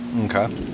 Okay